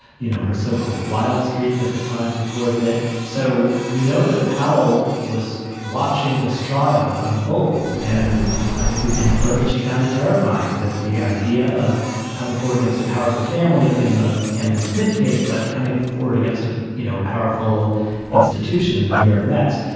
you know, her so-called wild streak as the times reported it. so we know that powell was watching this trial unfold. and i think we can infer that she found a terrifying that the idea of coming forward against a powerful family in the kennedy smith case, but coming forward against a, you know, a powerful institution in the new york mets.